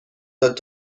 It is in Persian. داد